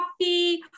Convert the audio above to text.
coffee